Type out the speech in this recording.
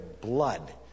blood